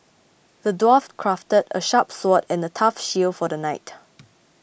the dwarf crafted a sharp sword and a tough shield for the knight